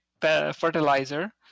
fertilizer